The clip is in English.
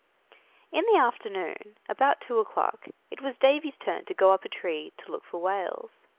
in the afternoon, about two o'clock, it was davy's turn to go up a tree to look for whales.